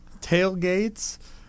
Tailgates